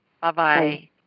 Bye-bye